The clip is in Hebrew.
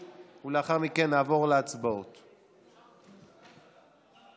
בהצבעה לאחר מכן אנחנו נצביע על שני החוקים אחד אחר